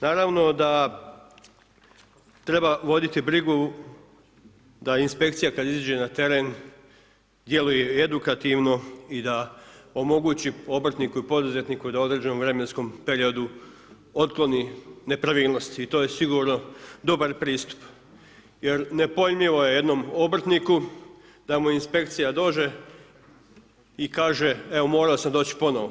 Naravno da treba voditi brigu da inspekcija kad izađe na teren, djeluje i edukativno, i da omogući obrtniku i poduzetniku da u određenom vremenskom periodu otkloni nepravilnosti, i to je sigurno dobar pristup, jer nepojmljivo je jednom obrtniku da mu inspekcija dođe i kaže evo morao sam doći ponovo.